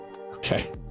Okay